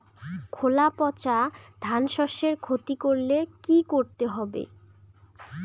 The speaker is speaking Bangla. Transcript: খোলা পচা ধানশস্যের ক্ষতি করলে কি করতে হবে?